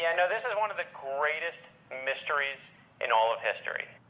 yeah no, this is one of the greatest mysteries in all of history.